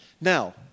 Now